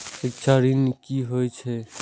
शिक्षा ऋण की होय छै?